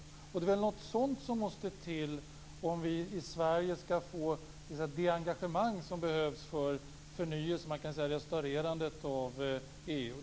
Det är väl något sådant som måste till för att vi i Sverige skall få det engagemang som behövs för förnyelsen - ja, kan man kan säga, restaurerandet - av EU.